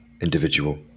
individual